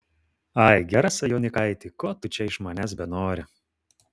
ai gerasai jaunikaiti ko tu čia iš manęs benori